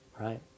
Right